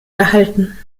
gehalten